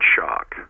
shock